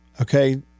okay